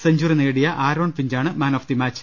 century നേടിയ Aaron ഫിഞ്ചാണ് man of the match